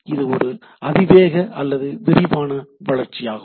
இது ஒரு அதிவேக அல்லது விரிவான வளர்ச்சியாகும்